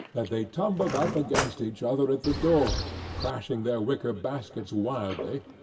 that they tumbled up against each other at the door, crashing their wicker baskets wildly,